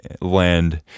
land